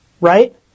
right